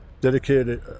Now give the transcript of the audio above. dedicated